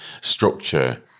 structure